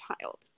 child